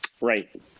Right